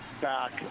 back